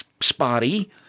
spotty